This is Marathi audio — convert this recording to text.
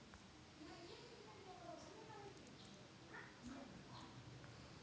व्हर्च्युअल पेमेंट ऍड्रेस म्हणजे काय?